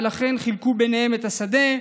ולכן חילקו ביניהם את השדה.